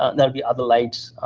um there'll be other lights.